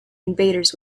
invaders